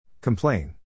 Complain